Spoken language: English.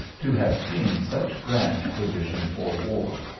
to have seen such grand provision for war.